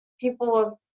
people